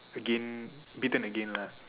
again bitten again lah